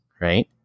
right